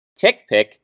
TickPick